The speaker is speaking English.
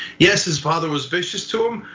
yes, his father was vicious to him.